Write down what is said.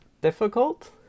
difficult